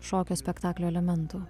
šokio spektaklio elementų